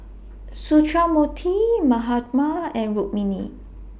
Sundramoorthy Mahatma and Rukmini